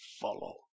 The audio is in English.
follow